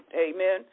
Amen